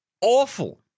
awful